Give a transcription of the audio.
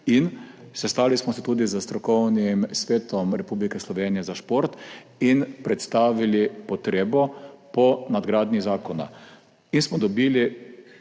in sestali smo se tudi s Strokovnim svetom Republike Slovenije za šport in predstavili potrebo po nadgradnji zakona. Dobili